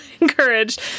encouraged